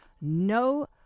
no